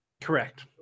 correct